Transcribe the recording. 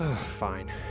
Fine